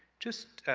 just